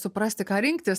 suprasti ką rinktis